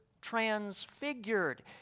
transfigured